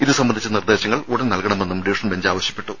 ഇതു സംബന്ധിച്ച നിർദ്ദേശങ്ങൾ ഉടൻ നൽകണമെന്നും ഡിവിഷൻബെഞ്ച് ആവശ്യപ്പെട്ടു